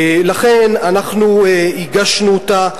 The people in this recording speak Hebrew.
לכן אנחנו הגשנו אותה,